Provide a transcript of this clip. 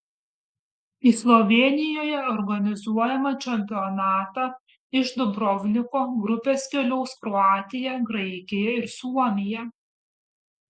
į slovėnijoje organizuojamą čempionatą iš dubrovniko grupės keliaus kroatija graikija ir suomija